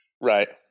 Right